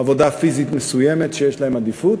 עבודה פיזית מסוימת שיש להם בה עדיפות,